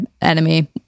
enemy